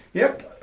yep,